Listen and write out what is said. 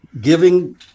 giving